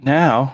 now